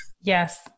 Yes